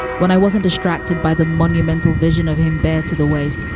when i wasn't distracted by the monumental vision of him bare to the waist,